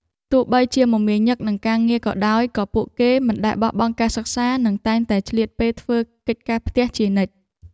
ទោះបីជាមមាញឹកនឹងការងារក៏ដោយក៏ពួកគេមិនដែលបោះបង់ការសិក្សានិងតែងតែឆ្លៀតពេលធ្វើកិច្ចការផ្ទះជានិច្ច។